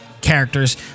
characters